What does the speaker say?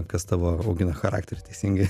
kas tavo augino charakterį teisingai